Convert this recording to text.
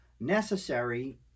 necessary